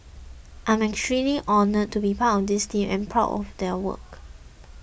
I'm extremely honoured to be part of this team and am proud of their work